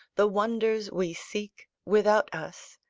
the wonders we seek without us,